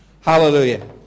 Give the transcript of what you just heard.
Hallelujah